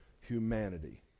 humanity